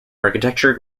architecture